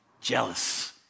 jealous